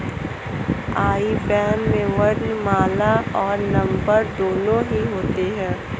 आई ban में वर्णमाला और नंबर दोनों ही होते हैं